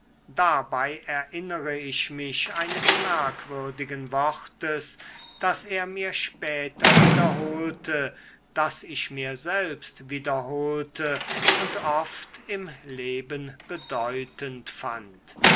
dabei erinnere ich mich eines merkwürdigen wortes das er mir später wiederholte das ich mir selbst wiederholte und oft im leben bedeutend fand